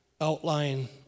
outline